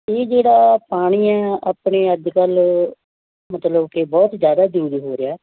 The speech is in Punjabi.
ਇਹ ਜਿਹੜਾ ਪਾਣੀ ਹੈ ਆਪਣੇ ਅੱਜ ਕੱਲ੍ਹ ਮਤਲਬ ਕਿ ਬਹੁਤ ਜ਼ਿਆਦਾ ਜ਼ਰੂਰੀ ਹੋ ਰਿਹਾ